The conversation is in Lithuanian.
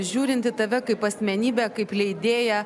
žiūrint į tave kaip asmenybę kaip leidėją